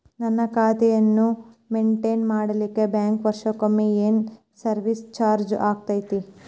ನನ್ನ ಖಾತೆಯನ್ನು ಮೆಂಟೇನ್ ಮಾಡಿಲಿಕ್ಕೆ ಬ್ಯಾಂಕ್ ವರ್ಷಕೊಮ್ಮೆ ಏನು ಸರ್ವೇಸ್ ಚಾರ್ಜು ಹಾಕತೈತಿ?